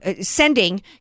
sending